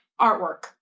Artwork